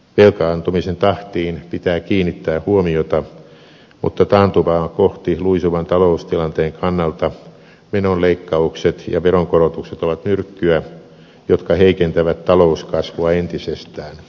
velkaantumisen tahtiin pitää kiinnittää huomiota mutta taantumaa kohti luisuvan taloustilanteen kannalta menoleikkaukset ja veronkorotukset ovat myrkkyä jotka heikentävät talouskasvua entisestään